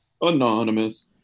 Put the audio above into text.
anonymous